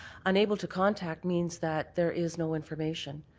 unable to contact means that there is no information.